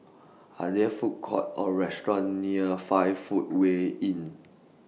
Are There Food Courts Or restaurants near five Footway Inn